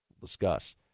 Discuss